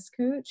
coach